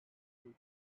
again